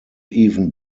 even